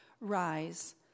Rise